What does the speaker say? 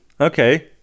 Okay